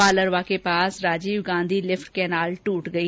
बालरवा के पास Rajiv Gandhi lift canal ट्रट गई